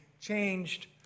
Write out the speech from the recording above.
changed